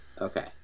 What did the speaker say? Okay